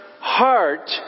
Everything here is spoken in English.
heart